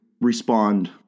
respond